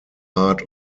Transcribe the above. art